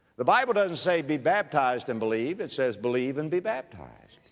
the bible doesn't say, be baptized and believe, it says, believe and be baptized.